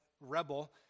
rebel